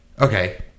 Okay